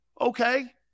Okay